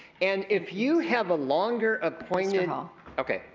and if you have a longer appointed um okay.